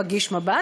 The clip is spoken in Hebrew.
מגיש "מבט".